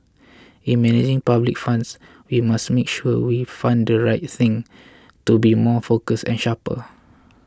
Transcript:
in managing public funds we must make sure we fund the right things to be more focused and sharper